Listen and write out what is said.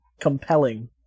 compelling